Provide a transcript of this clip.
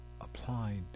applied